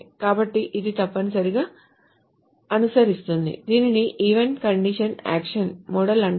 కాబట్టి ఇది తప్పనిసరిగా అనుసరిస్తుంది దీనిని event condition action మోడల్ అంటారు